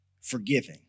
forgiving